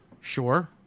sure